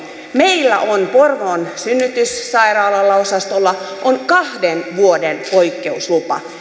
meillä on porvoon synnytyssairaalaosastolla kahden vuoden poikkeuslupa